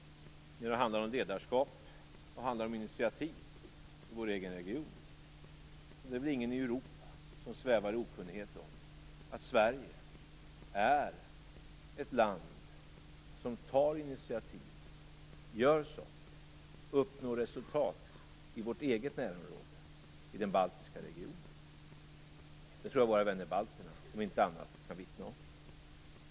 När det handlar om ledarskap och initiativ i vår egen region är det väl ingen i Europa som svävar i okunnighet om att Sverige är ett land som tar initiativ, gör saker och uppnår resultat i det egna närområdet, i den baltiska regionen. Det tror jag att våra vänner balterna om inte annat kan vittna om.